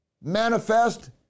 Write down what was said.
manifest